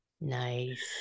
Nice